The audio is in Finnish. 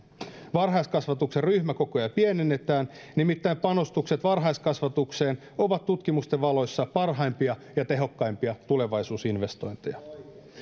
varhaiskasvatuksen ryhmäkokoja pienennetään nimittäin panostukset varhaiskasvatukseen ovat tutkimusten valossa parhaimpia ja tehokkaimpia tulevaisuusinvestointeja